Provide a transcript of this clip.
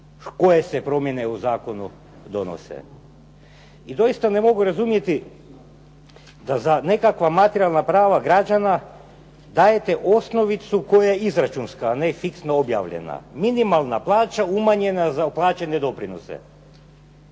koje se promjene u zakonu donose. I doista ne mogu razumjeti da za nekakva materijalna prava građana dajete osnovicu koja je izračunska, a ne fiksna objavljena. Minimalna plaća umanjena za plaćene doprinose.